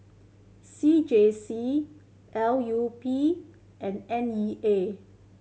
C J C L U P and N E A